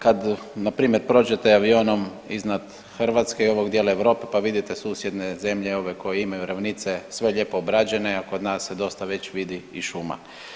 Kad na primjer prođete avionom iznad Hrvatske i ovog dijela Europe, pa vidite susjedne zemlje, ove koje imaju ravnice sve lijepo obrađene a kod nas se dosta već vidi i šuma.